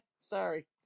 sorry